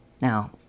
Now